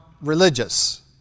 religious